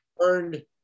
earned